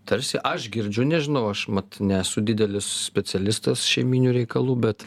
tarsi aš girdžiu nežinau aš mat nesu didelis specialistas šeiminių reikalų bet